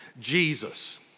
Jesus